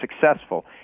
successful